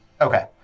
Okay